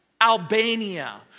Albania